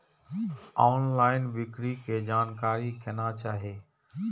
Online बिक्री के जानकारी केना चाही?